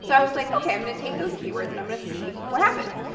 so i was like, okay, i'm going to take those keywords and i'm going to see what happens.